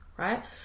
right